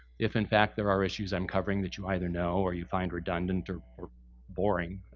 if in fact there are issues i'm covering that you either know, or you find redundant or or boring,